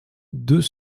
deux